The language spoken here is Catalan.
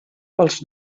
pels